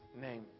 name